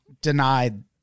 denied